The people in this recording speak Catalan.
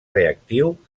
reactiu